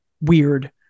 weird